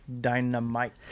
dynamite